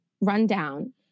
rundown